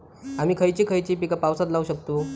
आम्ही खयची खयची पीका पावसात लावक शकतु?